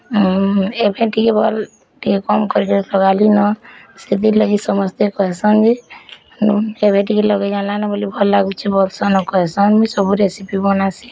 ଏବେ ଟିକେ ଭଲ୍ ଟିକେ କମ୍ କରି ଲଗାଲି ନୁନ୍ ସେଥି ଲାଗି ସମସ୍ତେ କହି ସନ୍ ଯେ ନୁନ୍ ଏବେ ଟିକେ ଲଗେଇ ଜାଣିଲାନି ବୋଲି ଭଲ୍ ଲାଗୁଛି ବୋଲି ବଡ଼ ସନ୍ କହି ସନ୍ ମୁଁ ରେସିପି ବନାସି